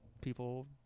people